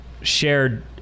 shared